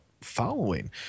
following